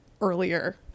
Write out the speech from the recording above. earlier